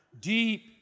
deep